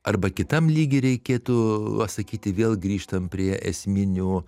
arba kitam lygy reikėtų va sakyti vėl grįžtam prie esminių